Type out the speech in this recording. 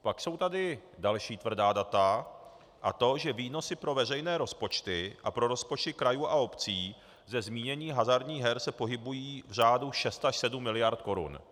Pak jsou tady další tvrdá data, a to, že výnosy pro veřejné rozpočty a pro rozpočty krajů a obcí ze zmíněných hazardních her se pohybují v řádu 6 až 7 mld. Kč.